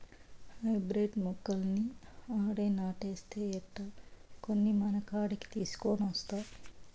hybrid మొక్కలన్నీ ఆడే నాటేస్తే ఎట్టా, కొన్ని మనకాడికి తీసికొనొస్తా